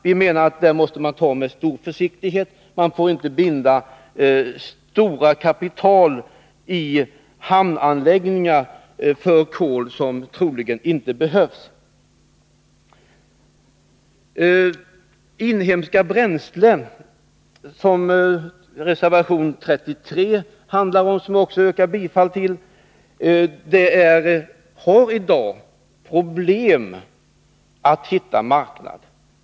Vi menar att man inte får binda stora kapital i hamnanläggningar för kol som troligen inte behövs. Jag yrkar bifall till reservation 32. För inhemska bränslen, som reservation 33 handlar om, har vi i dag problem att hitta marknader.